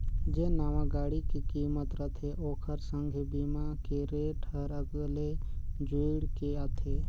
जेन नावां गाड़ी के किमत रथे ओखर संघे बीमा के रेट हर अगले जुइड़ के आथे